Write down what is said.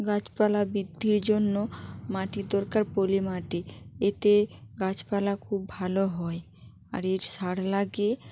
গাছপালা বৃদ্ধির জন্য মাটির দরকার পলি মাটি এতে গাছপালা খুব ভালো হয় আর এর সার লাগে